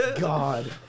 God